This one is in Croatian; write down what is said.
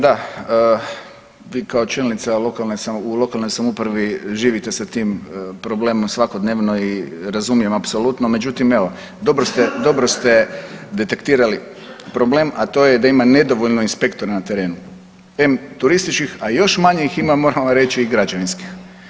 Da vi kao čelnica u lokalnoj samoupravi živite sa tim problemom svakodnevno i razumijem apsolutno, međutim evo dobro ste detektirali problem a to je da ima nedovoljno inspektora na terenu, em turističkih a još manje ih ima moram vam reći i građevinskih.